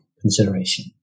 consideration